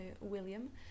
William